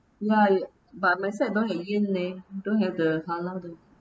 ya but my side don't get leh don't have the colour leh